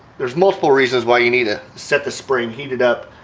there's multiple reasons why you need to set the spring heat it up,